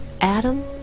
Adam